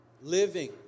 living